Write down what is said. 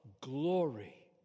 glory